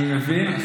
אני מבין.